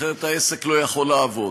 אחרת העסק לא יכול לעבוד.